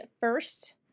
first